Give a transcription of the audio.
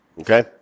Okay